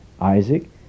Isaac